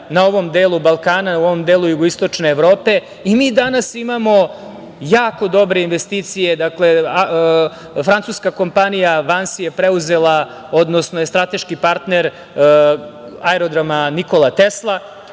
na ovom delu Balkana i u ovom delu jugoistočne Evrope i mi danas imamo jako dobre investicije. Dakle, francuska kompanija „Vansi“ je strateški partner aerodroma "Nikola